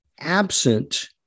Absent